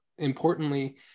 importantly